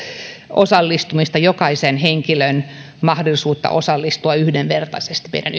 osallistumista jokaisen henkilön mahdollisuutta osallistua yhdenvertaisesti meidän